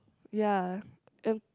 ya and